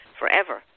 forever